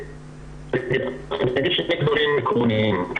אני אגיד שני דברים עקרוניים.